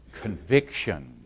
conviction